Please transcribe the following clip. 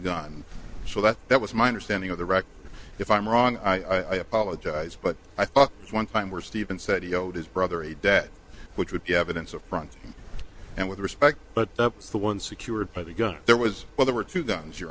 gun so that that was my understanding of the record if i'm wrong i apologize but i thought one time were stephen said he owed his brother a debt which would be evidence of front and with respect but the one secured by the gun there was well there were two guns your